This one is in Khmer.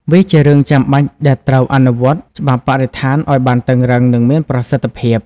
វាជារឿងចាំបាច់ដែលត្រូវ អនុវត្តច្បាប់បរិស្ថានឲ្យបានតឹងរ៉ឹង និងមានប្រសិទ្ធភាព។